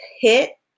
hit